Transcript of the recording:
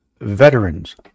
Veterans